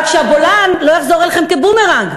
רק שהבולען לא יחזור אליכם כבומרנג.